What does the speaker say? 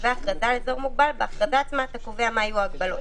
בהכרזה עצמה אתה קובע מה יהיו ההגבלות.